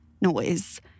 noise